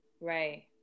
Right